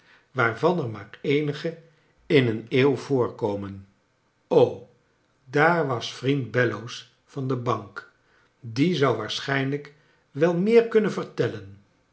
maar eenige in een eeuw voorkomen o daar was vriend bellows van de bank die zou waarschijnlijk wel meer kunnen vertellen